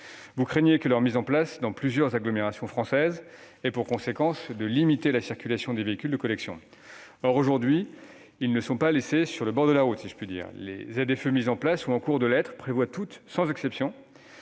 Vous craignez que leur mise en place dans plusieurs agglomérations françaises n'ait pour conséquence de limiter la circulation des véhicules de collection. Or ces derniers ne sont pas laissés sur le bord de la route : les ZFE mises en place ou en cours de l'être prévoient toutes, sans exception,